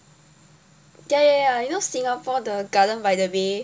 ya ya ya you know Singapore the Garden by the Bay